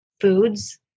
foods